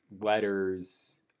letters